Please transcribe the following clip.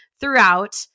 throughout